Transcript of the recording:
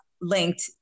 linked